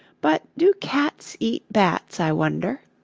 but do cats eat bats, i wonder